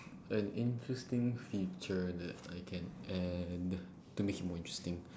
an interesting feature that I can add to make it more interesting